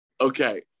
Okay